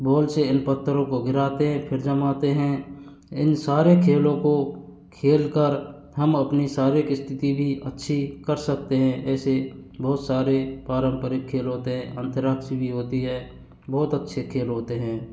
बोल से इन पत्थरों को गिराते हैं फिर जमाते हैं इन सारे खेलों को खेल कर हम अपनी शारीरिक स्थिति भी अच्छी कर सकते हैं ऐसे बहुत सारे पारम्परिक खेल होते हैं अंतराक्क्ष भी होती हैं बहुत अच्छे खेल होते हैं